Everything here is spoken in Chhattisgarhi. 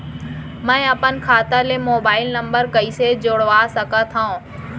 मैं अपन खाता ले मोबाइल नम्बर कइसे जोड़वा सकत हव?